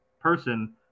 person